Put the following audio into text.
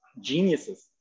geniuses